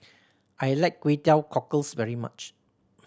I like Kway Teow Cockles very much